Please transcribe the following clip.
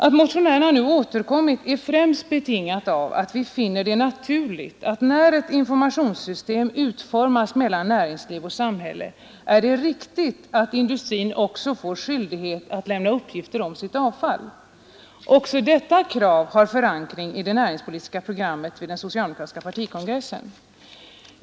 Att motionärerna nu återkommer är främst betingat av att vi finner det naturligt, när ett informationssystem utformas mellan näringsliv och samhälle, att industrin också får skyldighet att lämna uppgifter om sitt avfall. Också detta krav har förankring i det näringspolitiska program som antogs vid den socialdemokratiska partikongressen.